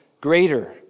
greater